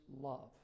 love